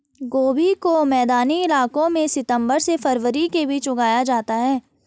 गोभी को मैदानी इलाकों में सितम्बर से फरवरी के बीच उगाया जाता है